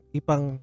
ipang